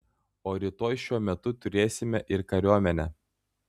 o rytoj šiuo metu turėsime ir kariuomenę